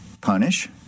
punish